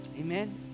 Amen